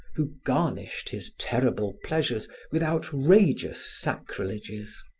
who garnished his terrible pleasures with outrageous sacrileges.